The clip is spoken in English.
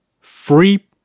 free